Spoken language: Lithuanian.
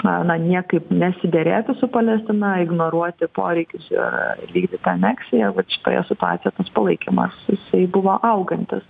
na na niekaip nesiderėti su palestina ignoruoti poreikius ir vykdyt tą aneksiją vat šitoje situacijoje tas palaikymas jisai buvo augantis